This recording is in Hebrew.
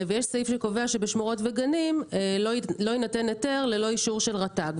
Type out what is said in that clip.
ויש סעיף שקובע שבשמורות וגנים לא יינתן היתר ללא אישור של רט"ג.